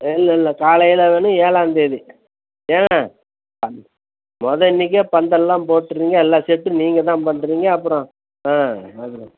இல்லை இல்லை காலையில் வேணும் ஏழாந்தேதி ஏன் மொத அன்னைக்கே பந்தல்லாம் போட்ருவீங்க எல்லாம் செட்டும் நீங்கள் தான் பண்ணுறீங்க அப்பறம் ஆ அப்பறம்